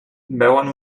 veuen